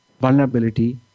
vulnerability